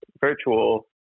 virtual